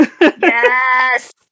Yes